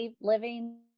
living